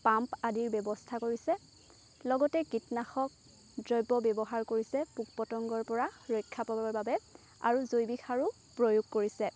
pump আদিৰ ব্যৱস্থা কৰিছে লগতে কীটনাশক দ্ৰৱ্য ব্যৱহাৰ কৰিছে পোক পতংগৰ পৰা ৰক্ষা পাবৰ বাবে আৰু জৈৱিক সাৰো প্ৰয়োগ কৰিছে